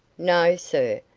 no, sir,